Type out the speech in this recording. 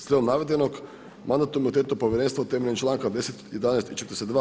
Slijedom navedenog, Mandatno-imunitetno povjerenstvo temeljem članka 10., 11. i 42.